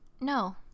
No